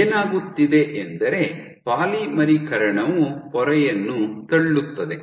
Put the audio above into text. ಏನಾಗುತ್ತಿದೆ ಎಂದರೆ ಪಾಲಿಮರೀಕರಣವು ಪೊರೆಯನ್ನು ತಳ್ಳುತ್ತದೆ